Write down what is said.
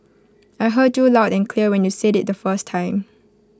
I heard you loud and clear when you said IT the first time